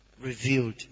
revealed